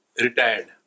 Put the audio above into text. retired